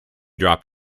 drop